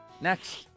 Next